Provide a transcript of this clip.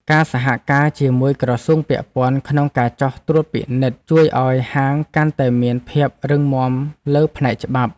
ការសហការជាមួយក្រសួងពាក់ព័ន្ធក្នុងការចុះត្រួតពិនិត្យ ជួយឱ្យហាងកាន់តែមានភាពរឹងមាំលើផ្នែកច្បាប់។